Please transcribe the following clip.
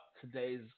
today's